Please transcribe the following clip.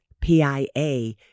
PIA